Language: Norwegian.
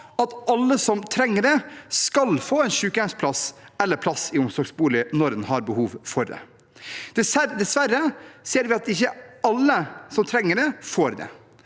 at alle som trenger det, skal få en sykehjemsplass eller en plass i omsorgsbolig når en har behov for det. Dessverre ser vi at ikke alle som trenger det, får det.